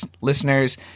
listeners